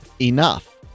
Enough